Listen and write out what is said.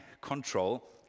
control